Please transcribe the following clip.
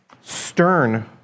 stern